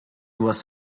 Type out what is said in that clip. was